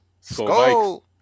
Skull